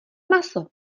maso